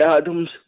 Adams